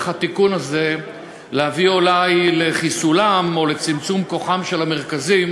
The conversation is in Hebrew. התיקון הזה להביא אולי לחיסולם או לצמצום כוחם של המרכזים.